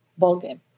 ballgame